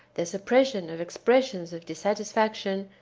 the suppression of expressions of dissatisfaction,